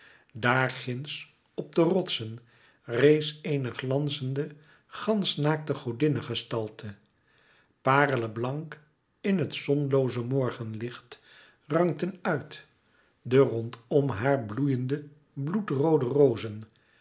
daar ginds op de rotsen rees eene glanzende gansch naakte godinnegestalte parele blank in het zonlooze morgenlicht rankten uit de rondom haar bloeiende bloedroode rozen